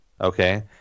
okay